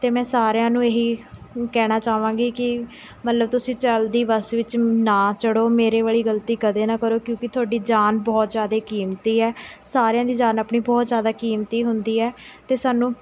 ਅਤੇ ਮੈਂ ਸਾਰਿਆਂ ਨੂੰ ਇਹੀ ਕਹਿਣਾ ਚਾਹਵਾਂਗੀ ਕਿ ਮਤਲਬ ਤੁਸੀਂ ਚੱਲਦੀ ਬੱਸ ਵਿੱਚ ਨਾ ਚੜ੍ਹੋ ਮੇਰੇ ਵਾਲ਼ੀ ਗਲਤੀ ਕਦੇ ਨਾ ਕਰੋ ਕਿਉਂਕਿ ਤੁਹਾਡੀ ਜਾਨ ਬਹੁਤ ਜ਼ਿਆਦਾ ਕੀਮਤੀ ਹੈ ਸਾਰਿਆਂ ਦੀ ਜਾਨ ਆਪਣੀ ਬਹੁਤ ਜ਼ਿਆਦਾ ਕੀਮਤੀ ਹੁੰਦੀ ਹੈ ਅਤੇ ਸਾਨੂੰ